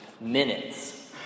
minutes